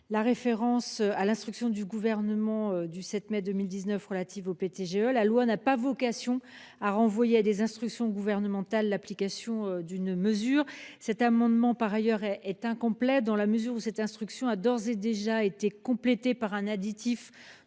la référence à l'instruction du Gouvernement du 7 mai 2019 relative aux PTGE. La loi n'a pas vocation à renvoyer à des instructions gouvernementales l'application d'une mesure. Par ailleurs, cet amendement est incomplet dans la mesure où l'instruction susmentionnée a d'ores et déjà été complétée par un additif